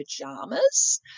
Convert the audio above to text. pajamas